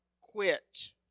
quit